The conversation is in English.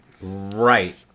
Right